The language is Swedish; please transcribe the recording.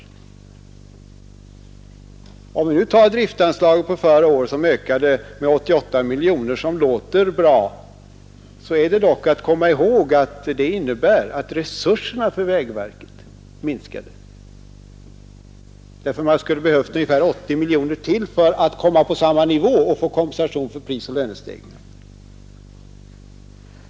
Om vi som exempel tar driftanslaget för förra året, som ökade med 88 miljoner kronor — vilket låter bra — bör man dock komma ihåg att det innebär att resurserna för vägverket minskade, eftersom man skulle ha behövt ungefär 80 miljoner till för att komma på samma nivå och få kompensation för prisoch lönestegringarna.